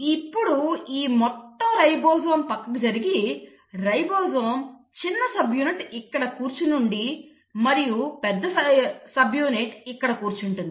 ఇప్పుడు ఈ మొత్తం రైబోజోమ్ పక్కకు జరిగి రైబోజోమ్ చిన్న సబ్యూనిట్ ఇక్కడ కూర్చుని ఉండి మరియు పెద్ద సబ్యూనిట్ ఇక్కడ కూర్చుంటుంది